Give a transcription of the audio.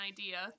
idea